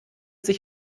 sich